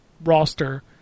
...roster